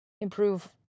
improve